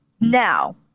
now